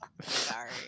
Sorry